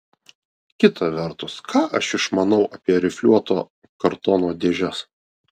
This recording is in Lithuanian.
kita vertus ką aš išmanau apie rifliuoto kartono dėžes